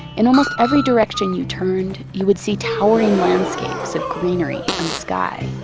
in almost every direction you turned, you would see towering landscapes of greenery and sky